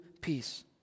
peace